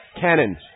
Cannon